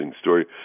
story